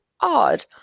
odd